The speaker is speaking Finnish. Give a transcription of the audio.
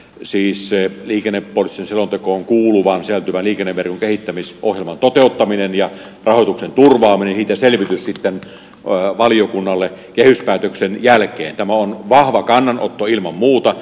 siis liikennepoliittiseen selontekoon sisältyvän liikenneverkon kehittämisohjelman toteuttaminen ja rahoituksen turvaaminen ja siitä selvitys sitten valiokunnalle kehyspäätöksen jälkeen on vahva kannanotto ilman muuta